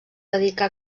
dedicà